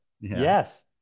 Yes